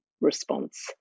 response